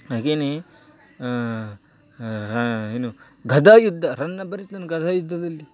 ಹಾಗೆಯೇ ರಾ ಏನು ಗದಾಯುದ್ಧ ರನ್ನ ಬರಿತಾನೆ ಗದಾಯುದ್ಧದಲ್ಲಿ